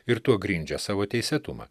ir tuo grindžia savo teisėtumą